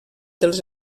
dels